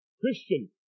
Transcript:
Christian